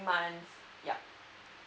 month yup